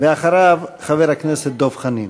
אחריו, חבר הכנסת דב חנין.